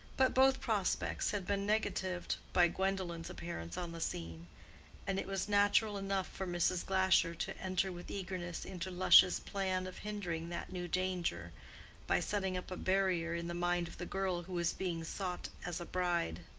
but both prospects had been negatived by gwendolen's appearance on the scene and it was natural enough for mrs. glasher to enter with eagerness into lush's plan of hindering that new danger by setting up a barrier in the mind of the girl who was being sought as a bride.